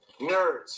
nerds